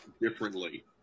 differently